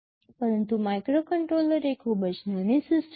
પરંતુ માઇક્રોકન્ટ્રોલર એ ખૂબ જ નાની સિસ્ટમ છે